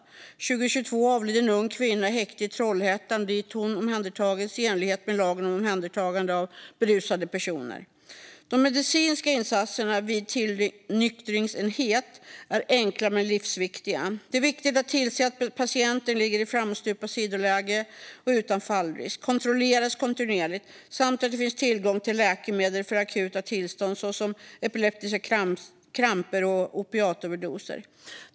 År 2022 avled en ung kvinna i häktet i Trollhättan efter att ha omhändertagits i enlighet med lagen om omhändertagande av berusade personer. De medicinska insatserna vid tillnyktringsenheter är enkla men livsviktiga. Det är viktigt att tillse att patienten ligger i framstupa sidoläge utan fallrisk och kontrolleras kontinuerligt samt att det finns tillgång till läkemedel för akuta tillstånd såsom epileptiska kramper och opiatöverdoser.